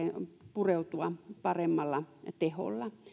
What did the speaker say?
pureutua paremmalla teholla